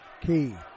Key